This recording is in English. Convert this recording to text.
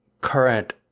current